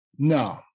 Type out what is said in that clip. No